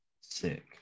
Sick